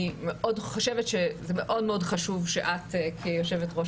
אני חושבת שזה מאוד חשוב שאת כיושבת ראש